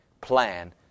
plan